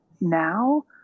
now